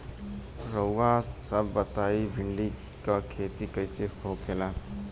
रउआ सभ बताई भिंडी क खेती कईसे होखेला?